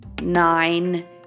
nine